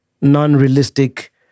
non-realistic